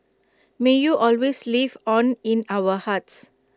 may you always live on in our hearts